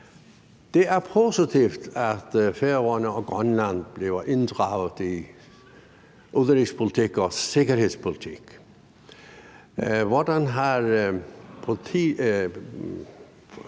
Det er positivt, at Færøerne og Grønland bliver inddraget i udenrigspolitik og sikkerhedspolitik.